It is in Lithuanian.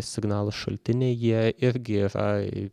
signalų šaltiniai jie irgi yrai